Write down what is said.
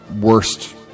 worst